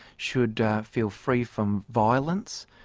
should feel free from violence.